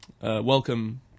welcome